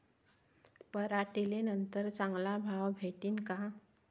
पराटीले नंतर चांगला भाव भेटीन का?